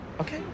Okay